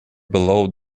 below